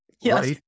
yes